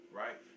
right